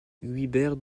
guibert